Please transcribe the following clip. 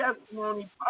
testimony